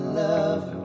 love